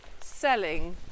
selling